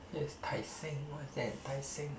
yes Tai-Seng what is that Tai-Seng